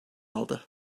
aldı